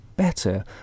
Better